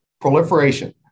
proliferation